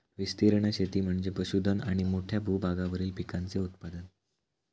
विस्तीर्ण शेती म्हणजे पशुधन आणि मोठ्या भूभागावरील पिकांचे उत्पादन